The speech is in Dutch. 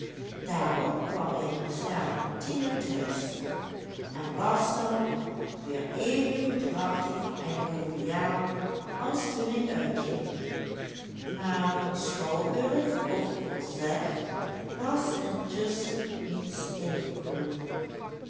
daarop kwam hij met slaan van tienen thuis en was dan weer even goedhartig en joviaal als toen hij uitging maar van schouwburg of concert was intusschen niets ingekomen